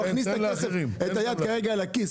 להכניס את היד כרגע לכיס,